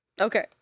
Okay